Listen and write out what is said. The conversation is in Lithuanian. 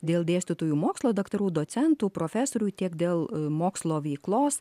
dėl dėstytojų mokslo daktarų docentų profesorių tiek dėl mokslo veiklos